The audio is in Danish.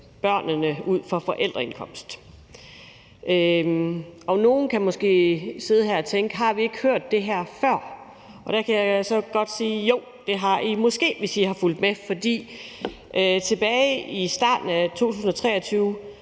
børnene ud fra forældreindkomst. Nogle kan måske sidde her og tænke: Har vi ikke hørt det her før? Og til det kan jeg sige: Jo, det har I måske, hvis I har fulgt med. For tilbage i starten af 2023